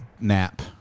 nap